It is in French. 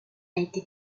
été